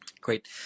Great